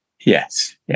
Yes